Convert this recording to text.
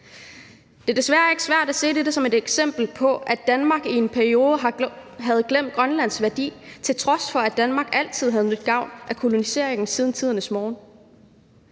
Det er desværre ikke svært at se dette som et eksempel på, at Danmark i en periode havde glemt Grønlands værdi, til trods for at Danmark altid havde nydt gavn af koloniseringen siden tidernes morgen,